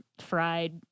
Fried